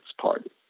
party